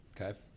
okay